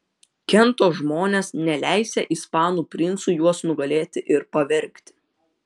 kento žmonės neleisią ispanų princui juos nugalėti ir pavergti